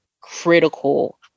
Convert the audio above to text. critical